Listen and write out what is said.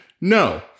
No